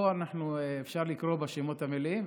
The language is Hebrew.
פה אפשר לקרוא בשמות המלאים.